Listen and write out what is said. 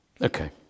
Okay